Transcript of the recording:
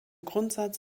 grundsatz